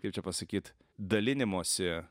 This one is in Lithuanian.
kaip čia pasakyt dalinimosi